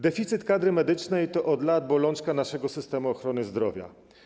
Deficyt kadry medycznej to od lat bolączka naszego systemu ochrony zdrowia.